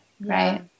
right